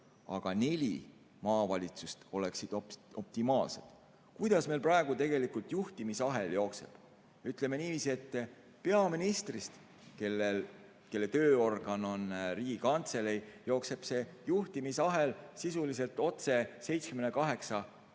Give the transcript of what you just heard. aga neli maavalitsust oleks optimaalne. Kuidas meil praegu tegelikult juhtimisahel jookseb? Ütleme niiviisi, et peaministrist, kelle tööorgan on Riigikantselei, jookseb see juhtimisahel sisuliselt otse 78 kohaliku